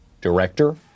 Director